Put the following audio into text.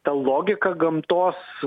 ta logika gamtos